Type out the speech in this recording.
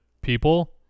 people